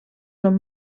són